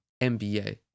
NBA